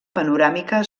panoràmica